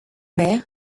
mer